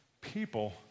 people